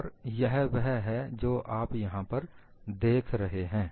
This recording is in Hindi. और यह वह है जो आप यहां पर देख रहे हैं